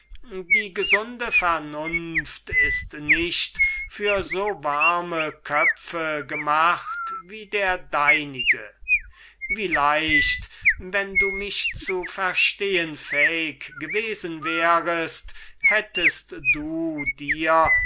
die gesunde vernunft ist nicht für so warme köpfe gemacht wie der deinige wie leicht wenn du mich zu verstehen fähig gewesen wärest hättest du dir